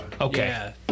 Okay